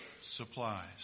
supplies